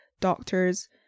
doctors